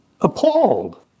appalled